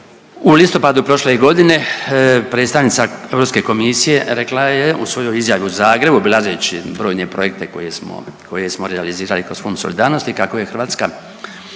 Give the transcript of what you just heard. u listopadu prošle godine predstavnica Europske komisije rekla je u svojoj izjavi u Zagrebu obilazeći brojne projekte koje smo realizirali kroz Fond solidarnosti kako je Hrvatska